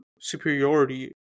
superiority